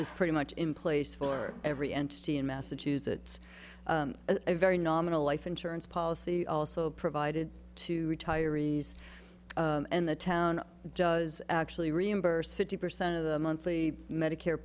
is pretty much in place for every entity in massachusetts a very nominal life insurance policy also provided to retirees and the town was actually reimbursed fifty percent of the monthly medicare